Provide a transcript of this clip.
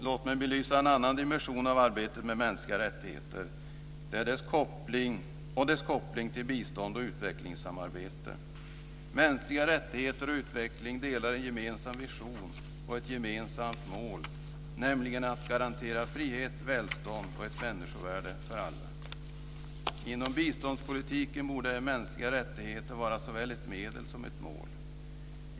Låt mig belysa en annan dimension av arbetet med mänskliga rättigheter och dess koppling till bistånd och utvecklingssamarbetet. Mänskliga rättigheter och utveckling delar en gemensam vision och ett gemensamt mål, nämligen att garantera frihet, välstånd och ett människovärde för alla. Inom biståndspolitiken borde mänskliga rättigheter vara såväl ett medel som ett mål.